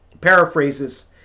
Paraphrases